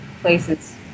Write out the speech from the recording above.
places